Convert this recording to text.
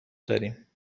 داریم